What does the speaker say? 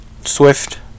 Swift